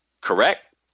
correct